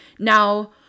Now